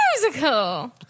musical